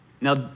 Now